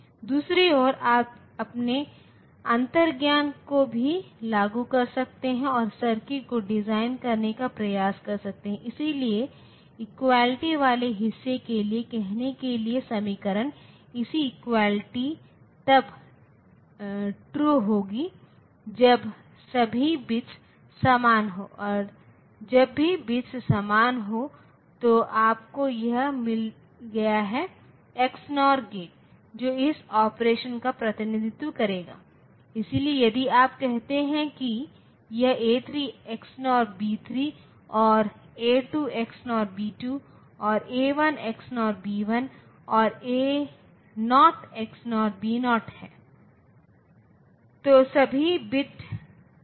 दूसरी ओर आप अपने अंतर्ज्ञान को भी लागू कर सकते हैं और सर्किट को डिजाइन करने का प्रयास कर सकते हैं इसलिए इक्वलिटी वाले हिस्से के लिए कहने के लिए समीकरण इसलिए इक्वलिटी तब ट्रू होगी जब सभी बिट्स समान हों और जब सभी बिट्स समान हों तो आपको यह मिल गया होगा X NOR गेट जो इस ऑपरेशन का प्रतिनिधित्व करेगा इसलिए यदि आप कहते हैं कि यह A3 XNOR B3 और A2 XNOR B2 और A1 XNOR B1 और A0 XNOR B0 है